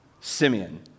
Simeon